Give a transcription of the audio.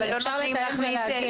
אבל אפשר לתאם ולהגיע.